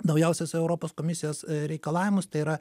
naujausius europos komisijos reikalavimus tai yra